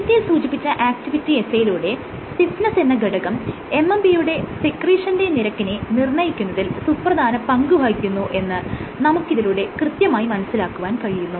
നേരത്തെ സൂചിപ്പിച്ച ആക്ടിവിറ്റി എസ്സെയിലൂടെ സ്റ്റിഫ്നെസ്സ് എന്ന ഘടകം MMP യുടെ സെക്രീഷന്റെ നിരക്കിനെ നിർണ്ണയിക്കുന്നതിൽ സുപ്രധാന പങ്ക് വഹിക്കുന്നു എന്ന് നമുക്കിതിലൂടെ കൃത്യമായി മനസ്സിലാക്കുവാൻ കഴിയുന്നു